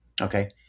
Okay